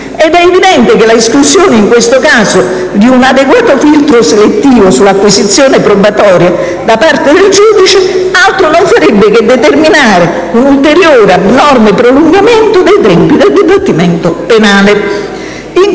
Ed è evidente che l'esclusione, in questo caso, di un adeguato filtro selettivo sull'acquisizione probatoria da parte del giudice altro non farebbe che determinare un ulteriore abnorme prolungamento dei tempi del dibattimento penale.